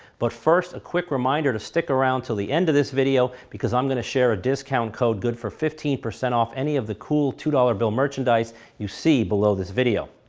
but first, a quick reminder to stick around til' the end of this video, because i'm gonna share a discount code good for fifteen percent off any of the cool two dollars bill merchandise you see below this video.